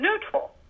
neutral